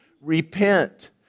Repent